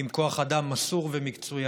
עם כוח אדם מסור ומקצועי,